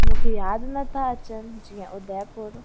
मूंखे यादि नथा अचनि जीअं उदयपुर